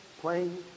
playing